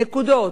נקודות,